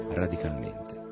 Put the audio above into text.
radicalmente